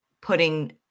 putting